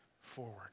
forward